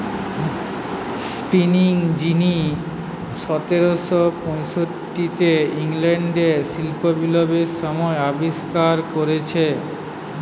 spinning যিনি সতেরশ পয়ষট্টিতে ইংল্যান্ডে শিল্প বিপ্লবের সময় আবিষ্কার কোরেছে